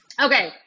Okay